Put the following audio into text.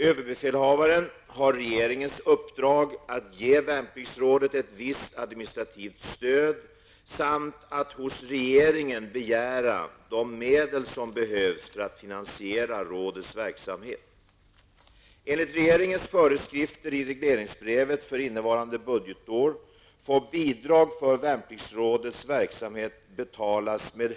Överbefälhavaren har regeringens uppdrag att ge Värnpliktsrådet ett visst administrativt stöd samt att hos regeringen begära de medel som behövs för att finansiera rådets verksamhet.